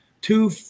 Two